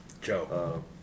Joe